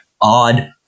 odd